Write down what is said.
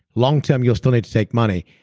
longterm you'll still need to take money,